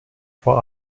vor